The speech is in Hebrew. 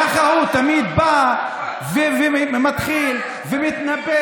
ככה הוא תמיד בא ומתחיל ומתנפל